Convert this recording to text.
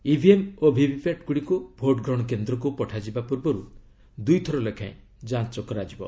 EVM ଓ VVPAT ଗୁଡ଼ିକୁ ଭୋଟ୍ଗ୍ରହଣ କେନ୍ଦ୍ରକୁ ପଠାଯିବା ପୂର୍ବରୁ ଦୁଇଥର ଲେଖାଏଁ ଯାଞ୍ଚ କରାଯିବ